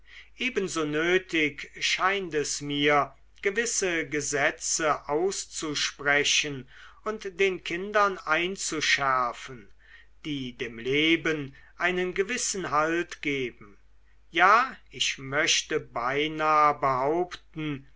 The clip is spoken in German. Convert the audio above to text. ebenso nötig scheint es mir gewisse gesetze auszusprechen und den kindern einzuschärfen die dem leben einen gewissen halt geben ja ich möchte beinah behaupten